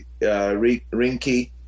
Rinky